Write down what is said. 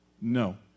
No